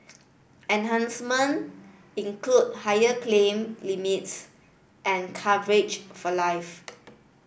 enhancement include higher claim limits and coverage for life